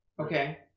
Okay